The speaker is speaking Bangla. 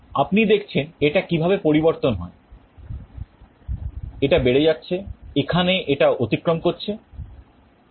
আপনি দেখছেন এটা কিভাবে পরিবর্তন হয় এটা বেড়ে যাচ্ছে এখানে এটা অতিক্রম করছে